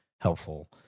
helpful